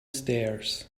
stairs